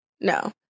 no